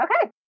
Okay